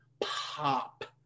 pop